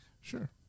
sure